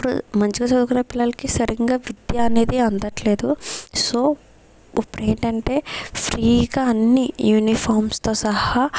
ఇప్పుడు మంచిగా చదువుకునే పిల్లలకి సరింగ విద్య అనేది అందట్లేదు సో ఉప్పుడేంటంటే ఫ్రీగా అన్నీ యూనిఫార్మ్స్తో సహా